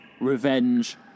revenge